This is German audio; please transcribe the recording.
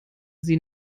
sie